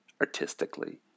artistically